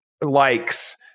likes